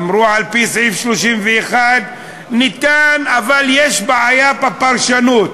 אמרו: על-פי סעיף 31 ניתן, אבל יש בעיה בפרשנות,